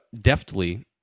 deftly